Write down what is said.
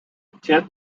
ten